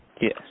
Yes